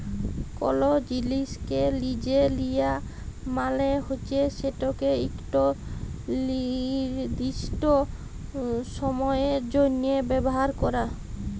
call জিলিসকে লিজে দিয়া মালে হছে সেটকে ইকট লিরদিস্ট সময়ের জ্যনহে ব্যাভার ক্যরা